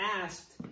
asked